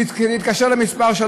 תלחץ על 3,